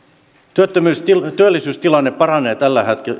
työllisyystilanne paranee tällä